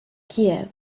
kiev